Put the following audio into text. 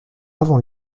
avant